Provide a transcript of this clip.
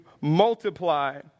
multiply